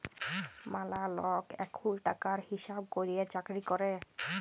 ম্যালা লক এখুল টাকার হিসাব ক্যরের চাকরি ক্যরে